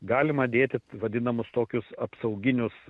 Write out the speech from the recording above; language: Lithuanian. galima dėti vadinamus tokius apsauginius